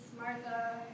Martha